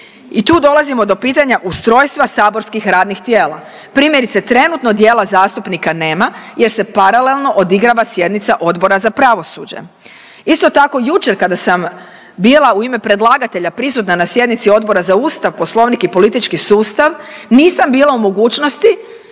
I tu dolazimo do pitanja ustrojstva saborskih radnih tijela, primjerice trenutno dijela zastupnika nema jer se paralelno odigrava sjednica Odbora za pravosuđe. Isto tako jučer kada sam bila u ime predlagatelja prisutna na sjednici Odbora za Ustav, poslovnik i politički sustav nisam bila u mogućnosti